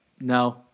no